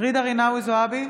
ג'ידא רינאוי זועבי,